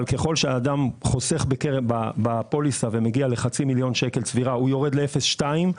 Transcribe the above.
אבל ככל שהאדם חוסך בפוליסה ומגיע לחצי מיליון שקל זה יורד ל-0.2.